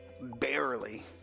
barely